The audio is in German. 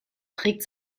trägt